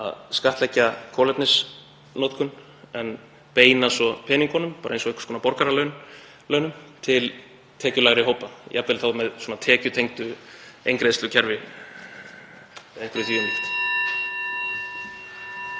að skattleggja kolefnisnotkun en beina svo peningunum, eins og einhvers konar borgaralaunum, til tekjulægri hópa, jafnvel þá með svona tekjutengdu eingreiðslukerfi, einhverju því um líku.